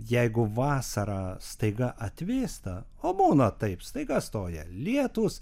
jeigu vasarą staiga atvėsta o būna taip staiga stoja lietūs